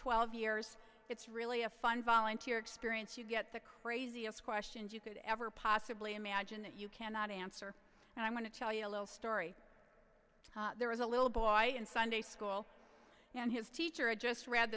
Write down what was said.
twelve years it's really a fun volunteer experience you get the craziest questions you could ever possibly imagine that you cannot answer and i'm going to tell you a little story there was a little boy in sunday school and his teacher a just read